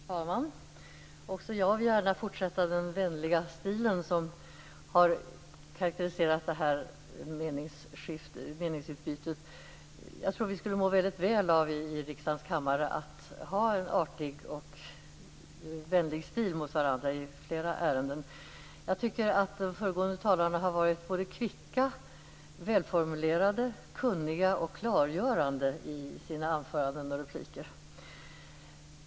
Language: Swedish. Fru talman! Också jag vill gärna fortsätta i den vänliga stil som har karakteriserat det här meningsutbytet. Jag tror att vi i riksdagens kammare skulle må väldigt väl av att ha en artig och vänlig stil mot varandra i flera ärenden. Jag tycker att de föregående talarna har varit kvicka, välformulerade, kunniga och klargörande i sina anföranden och repliker.